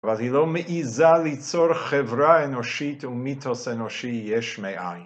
אבל היא לא מעיזה ליצור חברה אנושית ומיתוס אנושי יש מאין.